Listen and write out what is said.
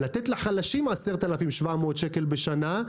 לתת לחלשים 10,700 שקל בשנה,